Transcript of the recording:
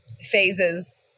phases